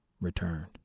returned